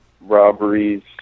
robberies